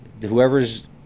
whoever's